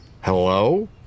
Hello